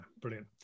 brilliant